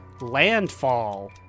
landfall